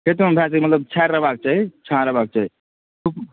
खेतोमे भए जेतै मतलब छाहरि रहबाक चाही छाहरि रहबाक चाही धूप